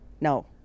No